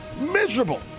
Miserable